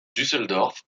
düsseldorf